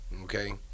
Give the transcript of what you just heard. okay